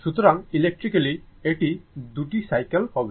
সুতরাং ইলেকট্রিক্যালি এটি 2 টি সাইকেল হবে